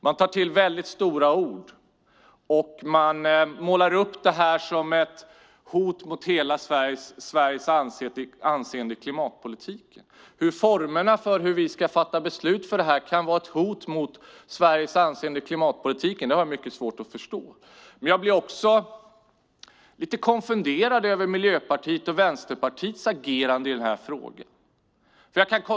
Man tar till stora ord och målar upp detta som ett hot mot Sveriges anseende i klimatpolitiken. Jag har svårt att förstå hur formerna för hur vi ska fatta beslut kan vara ett hot mot Sveriges anseende i klimatpolitiken. Jag blir lite konfunderad över Miljöpartiets och Vänsterpartiets agerande i frågan.